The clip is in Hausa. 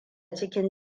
cikin